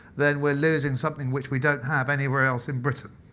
then we're losing something which we don't have anywhere else in britain.